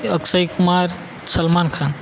Akshay Kumar Salman Khan